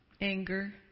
anger